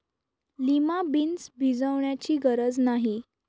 lima beans भिजवण्याची गरज नाही